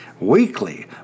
weekly